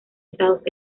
estados